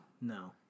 No